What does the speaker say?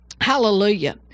hallelujah